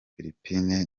philippines